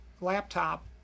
laptop